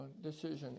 decision